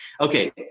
Okay